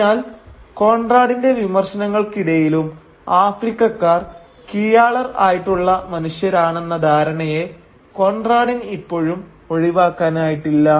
അതിനാൽ കോൺറാടിന്റെ വിമർശനങ്ങൾക്കിടയിലും ആഫ്രിക്കക്കാർ കീഴാളർ ആയിട്ടുള്ള മനുഷ്യരാണെന്ന ധാരണയെ കോൺറാടിന് ഇപ്പോഴും ഒഴിവാക്കാനായിട്ടില്ല